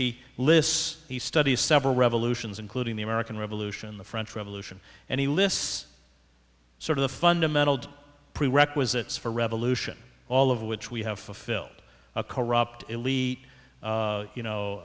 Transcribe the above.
he lists he studies several revolutions including the american revolution the french revolution and he lists sort of the fundamental prerequisites for revolution all of which we have fulfilled a corrupt elite you know